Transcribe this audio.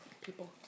people